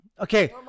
Okay